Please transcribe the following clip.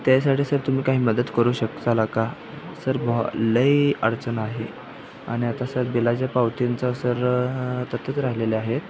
त्यासाठी सर तुम्ही काही मदत करू शकाल का सर लई अडचण आहे आणि आता सर बिलाच्या पावतींचा सर तिथंच राहिलेल्या आहेत